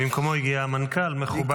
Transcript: במקומו הגיע המנכ"ל, וזה מכובד מאוד.